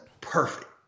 perfect